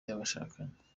y’abashakanye